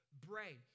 brain